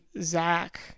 Zach